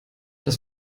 das